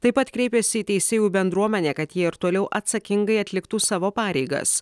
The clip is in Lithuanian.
taip pat kreipėsi į teisėjų bendruomenę kad jie ir toliau atsakingai atliktų savo pareigas